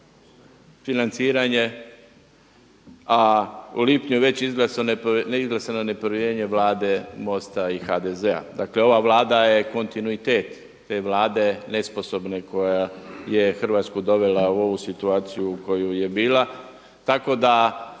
financiranje, a u lipnju je već izglasano nepovjerenje Vlade MOST-a i HDZ-a. Dakle, ova Vlada je kontinuitet, te Vlade nesposobne koja je Hrvatsku dovela u ovu situaciju u kojoj je bila. Tako da